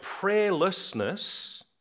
prayerlessness